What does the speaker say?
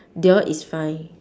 dior is fine